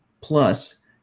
Plus